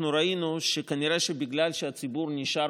אנחנו ראינו שכנראה בגלל שהציבור נשאר